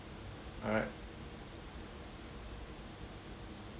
alright